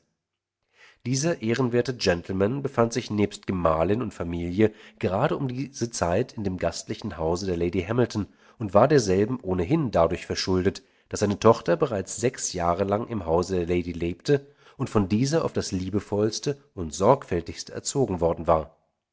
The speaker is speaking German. dieser ehrenwerte gentleman befand sich nebst gemahlin und familie gerade um diese zeit in dem gastlichen hause der lady hamilton und war derselben ohnehin dadurch verschuldet daß seine tochter bereits sechs jahre lang im hause der lady lebte und von dieser auf das liebevollste und sorgfältigste erzogen worden war